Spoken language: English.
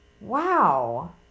wow